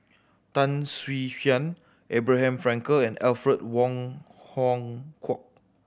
Tan Swie Hian Abraham Frankel and Alfred Wong Hong Kwok